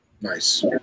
Nice